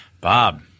Bob